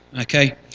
okay